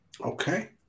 Okay